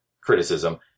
criticism